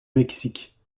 mexique